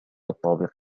الطابق